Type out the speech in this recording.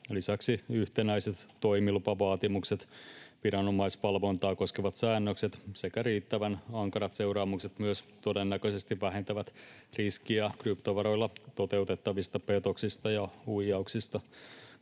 Lisäksi yhtenäiset toimilupavaatimukset, viranomaisvalvontaa koskevat säännökset sekä riittävän ankarat seuraamukset myös todennäköisesti vähentävät riskiä kryptovaroilla toteutettavista petoksista ja huijauksista.